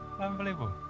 Unbelievable